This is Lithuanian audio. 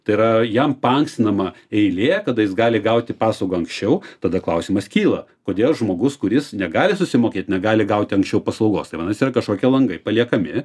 tai yra jam paankstinama eilė tada jis gali gauti paslaugą anksčiau tada klausimas kyla kodėl žmogus kuris negali susimokėt negali gauti anksčiau paslaugos tai vadinasi yra kažkokie langai paliekami